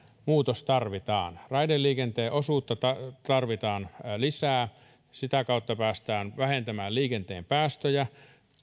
muutos tarvitaan raideliikenteen osuutta tarvitaan lisää sitä kautta päästään vähentämään liikenteen päästöjä